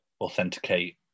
authenticate